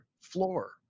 floor